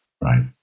right